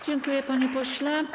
Dziękuję, panie pośle.